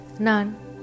None